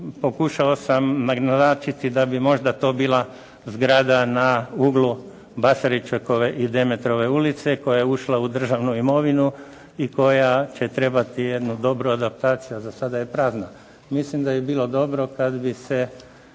pokušao sam naznačiti da bi možda to bila zgrada na uglu Basaričekove i Demetrove ulice koja je ušla u državnu imovinu i koja će trebati jednu dobru adaptaciju, a za sada je prazna. Mislim da bi bilo dobro kad bi se